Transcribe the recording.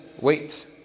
wait